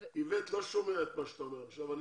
איווט לא שומע מה אתה אומר עכשיו.